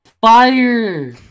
fire